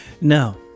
No